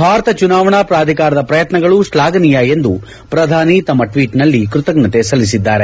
ಭಾರತ ಚುನಾವಣಾ ಪ್ರಾಧಿಕಾರದ ಪ್ರಯತ್ನಗಳು ಶ್ಲಾಘನೀಯ ಎಂದು ಪ್ರಧಾನಿ ತಮ್ಮ ಟ್ವೀಟ್ನಲ್ಲಿ ಕೃತಜ್ಞತೆ ಸಲ್ಲಿಸಿದ್ದಾರೆ